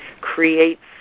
creates